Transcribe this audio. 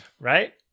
right